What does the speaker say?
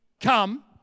come